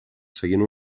seguint